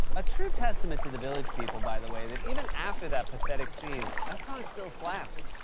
a true testament to the village people, by the way, that even after that pathetic scene, that song still slaps.